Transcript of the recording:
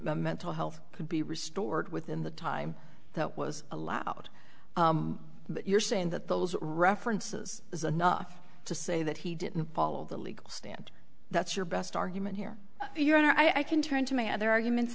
mental health could be restored within the time that was allowed but you're saying that those references is a nuff to say that he didn't follow the legal stand that's your best argument here your honor i can turn to my other arguments